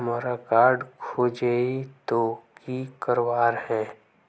हमार कार्ड खोजेई तो की करवार है?